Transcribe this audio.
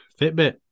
Fitbit